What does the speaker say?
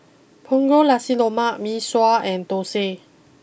Punggol Nasi Lemak Mee Sua and Thosai